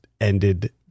ended